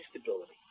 stability